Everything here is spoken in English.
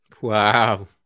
Wow